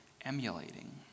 emulating